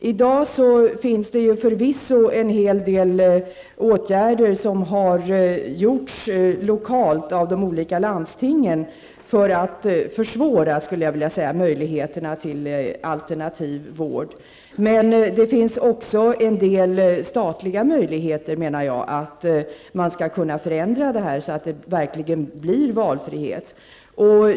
I dag har förvisso en hel del åtgärder vidtagits lokalt av de olika landstingen för att -- skulle jag vilja säga -- försvåra möjligheterna till alternativ vård. Det finns emellertid en del möjligheter för staten att förändra detta så att det verkligen blir fråga om valfrihet.